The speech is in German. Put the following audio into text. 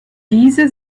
diese